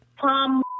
Tom